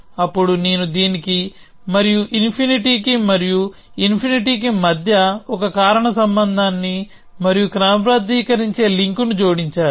అప్పుడు నేను దీనికి మరియు ఇన్ఫినిటీ కి మరియు ఇన్ఫినిటీ కి మధ్య ఒక కారణ సంబంధాన్ని మరియు క్రమబద్ధీకరించే లింక్ ను జోడించాలి